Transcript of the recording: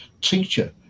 teacher